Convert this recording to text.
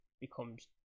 becomes